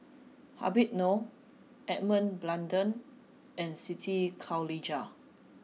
Habib Noh Edmund Blundell and Siti Khalijah